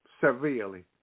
Severely